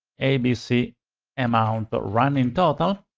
abc amount but running total.